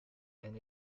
and